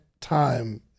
time